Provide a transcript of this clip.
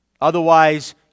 Otherwise